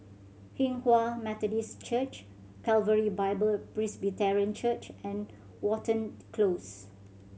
Hinghwa Methodist Church Calvary Bible Presbyterian Church and Watten Close